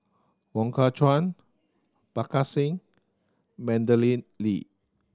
Wong Kah Chun Parga Singh Madeleine Lee